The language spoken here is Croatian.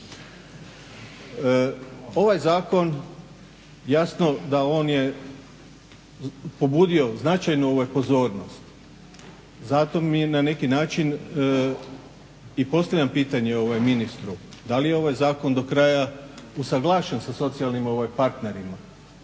Ovaj zakon jasno da on je pobudio značajnu pozornost, zato na neki način i postavljam pitanje ministru. Da li je ovaj zakon do kraja usuglašen sa socijalnim partnerima,